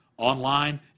Online